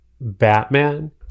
Batman